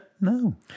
no